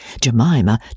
Jemima